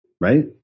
right